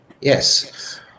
Yes